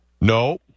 No